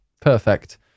perfect